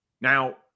Now